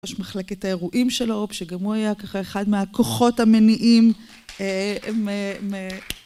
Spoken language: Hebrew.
...מחלקת האירועים שלו, שגם הוא היה ככה אחד מהכוחות המניעים